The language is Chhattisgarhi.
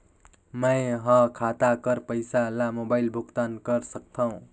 मैं ह खाता कर पईसा ला मोबाइल भुगतान कर सकथव?